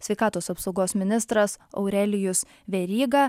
sveikatos apsaugos ministras aurelijus veryga